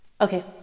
Okay